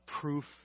proof